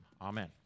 Amen